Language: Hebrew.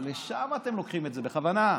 אבל לשם אתם לוקחים את זה, בכוונה.